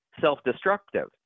self-destructive